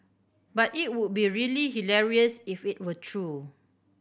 but it would be really hilarious if it were true